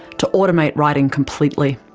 to automate writing completely.